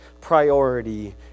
priority